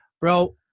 bro